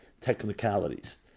technicalities